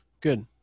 Good